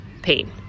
pain